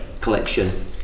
collection